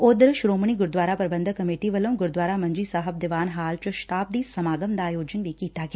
ਉਧਰ ਸ੍ਰੋਮਣੀ ਗੁਰਦੁਆਰਾ ਪ੍ਰਬੰਧਕ ਕਮੇਟੀ ਵਲੋਂ ਗੁਰਦੁਆਰਾ ਮੰਜੀ ਸਾਹਿਬ ਦੀਵਾਨ ਹਾਲ ਚ ਸ਼ਤਾਬਦੀ ਸਮਾਗਮ ਦਾ ਅਯੋਜਿਨ ਕੀਡਾ ਗਿਆ